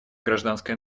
гражданское